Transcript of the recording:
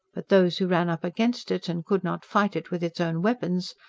but those who ran up against it, and could not fight it with its own weapons,